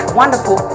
wonderful